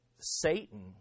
Satan